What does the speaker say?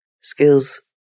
skills